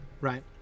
right